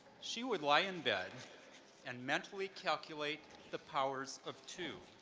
she would lie in bed and mentally calculate the powers of two.